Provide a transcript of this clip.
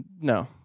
No